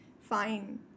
fine